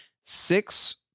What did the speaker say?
six